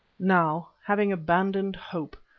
now, having abandoned hope,